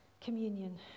communion